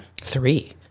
Three